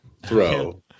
throw